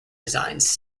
designs